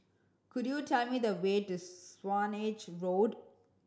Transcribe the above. could you tell me the way to Swanage Road